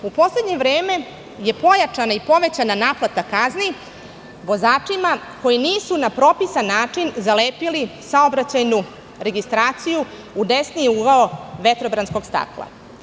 U poslednje vreme je pojačana i povećana naplata kazni vozačima koji nisu na propisan način zalepili saobraćajnu registraciju u desni ugao vetrobranskog stakla.